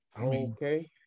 Okay